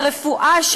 יש